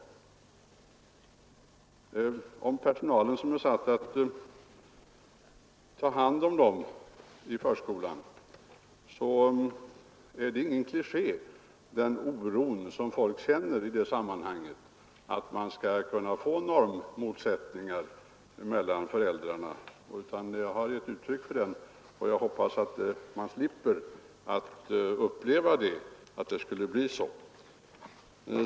När det gäller den personal som är satt att ta hand om barnen i förskolan är det ingen kliché då vi talar om den oro som folk känner för att det skulle kunna bli normmotsättningar mellan föräldrar och förskola. Men jag hoppas att vi inte skall behöva uppleva att det blir så.